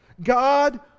God